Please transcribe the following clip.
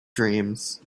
dreams